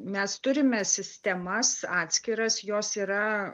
mes turime sistemas atskiras jos yra